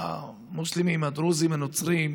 המוסלמים, הדרוזים, הנוצרים,